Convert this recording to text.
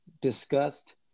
discussed